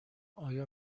آیا